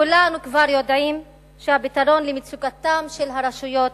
כולנו כבר יודעים שהפתרון למצוקתן של הרשויות